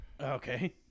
Okay